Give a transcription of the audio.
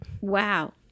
Wow